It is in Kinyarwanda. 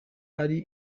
ari